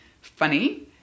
funny